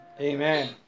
Amen